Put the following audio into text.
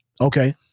Okay